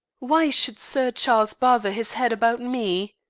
why should sir charles bother his head about me?